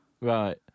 Right